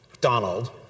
Donald